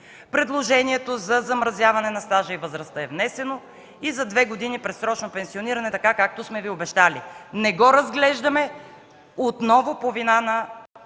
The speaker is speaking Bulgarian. Предложението за замразяване на стажа и възрастта и за две години предсрочно пенсиониране е внесено, както сме Ви обещали. Не го разглеждаме отново по вина на